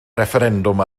refferendwm